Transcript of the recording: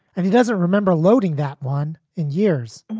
and he doesn't remember loading that one in years